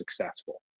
successful